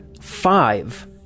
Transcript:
five